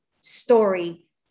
story